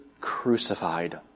crucified